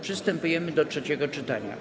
Przystępujemy do trzeciego czytania.